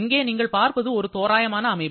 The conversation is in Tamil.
இங்கே நீங்கள் பார்ப்பது ஒரு தோராயமான அமைப்பு